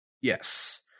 Yes